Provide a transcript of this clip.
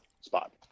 spot